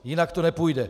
Jinak to nepůjde.